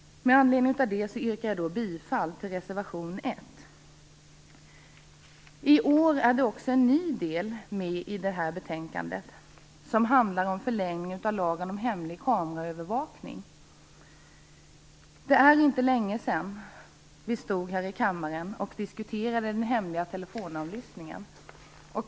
Med anledning av detta yrkar jag bifall till reservation 1. I år är det också en ny del med i betänkandet. Den handlar om förlängning av lagen om hemlig kameraövervakning. Det är inte länge sedan vi stod här i kammaren och diskuterade den hemliga telefonavlyssningen.